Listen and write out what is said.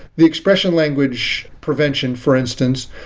the expression language prevention, for instance,